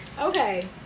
Okay